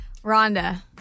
Rhonda